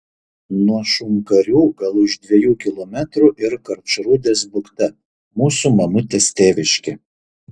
nuo šunkarių gal už dviejų kilometrų ir karčrūdės bukta mūsų mamutės tėviškė